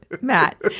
Matt